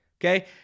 okay